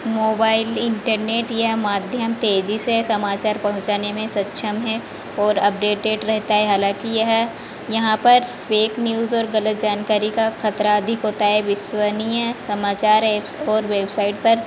mobile internet यह माध्यम तेजी से समाचार पहुँचाने में सक्षम है और अपडेटेड रहता है हालाँकि यह यहाँ पर फ़ेक न्यूज़ और गलत जानकारी का खतरा अधिक होता है विश्वसनीय समाचार ऐप्स और वेवसाइड पर